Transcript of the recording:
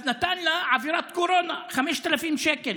אז הוא נתן לה בגלל עבירת קורונה 5,000 שקלים.